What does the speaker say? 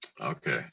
Okay